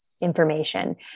information